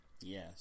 Yes